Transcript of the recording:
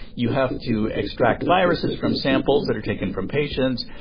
you have to extract viruses from samples that are taken from patients.